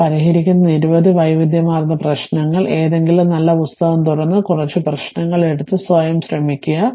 ഞങ്ങൾ പരിഹരിക്കുന്ന നിരവധി വൈവിധ്യമാർന്ന പ്രശ്നങ്ങൾ ഏതെങ്കിലും നല്ല പുസ്തകം തുറന്ന് കുറച്ച് പ്രശ്നങ്ങൾ എടുത്ത് സ്വയം ശ്രമിക്കുക